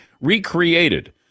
recreated